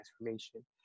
transformation